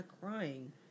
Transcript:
crying